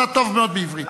אתה טוב מאוד בעברית.